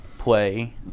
play